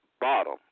bottom